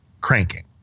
cranking